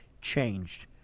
changed